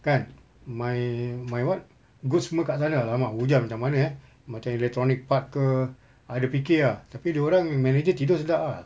kan my my what goods semua kat sana !alamak! hujan macam mana eh macam electronic part ke I ada fikir ah tapi dia orang manager tidur sedap ah